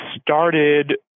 Started